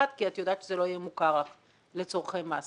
אחת כי את יודעת שזה לא יהיה מוכר לצורכי מס,